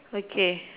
okay